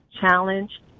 challenge